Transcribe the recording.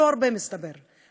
לא הרבה, מסתבר.